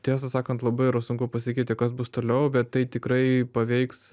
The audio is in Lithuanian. tiesą sakant labai yra sunku pasakyti kas bus toliau bet tai tikrai paveiks